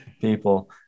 people